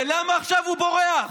למה עכשיו הוא בורח?